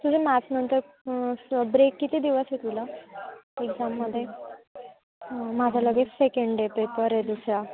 तुझ्या मॅथ्सनंतर असं ब्रेक किती दिवस आहे तुला एक्झाममध्ये माझा लगेच सेकंड डे पेपर आहे दुसरा